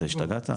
אתה השתגעת?